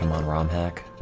um old rom hack